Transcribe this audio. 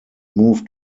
moved